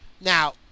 Now